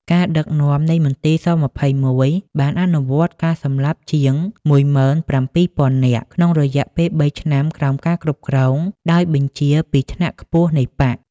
ការដឹកនាំនៃមន្ទីរស-២១បានអនុវត្តការសម្លាប់ជាង ១៧,០០០ នាក់ ក្នុងរយៈពេលបីឆ្នាំក្រោមការគ្រប់គ្រងដោយបញ្ជាពីថ្នាក់ខ្ពស់នៃបក្ស។